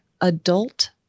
adult